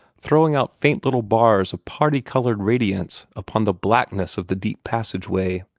throwing out faint little bars of party-colored radiance upon the blackness of the deep passage-way.